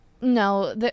No